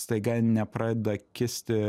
staiga nepradeda kisti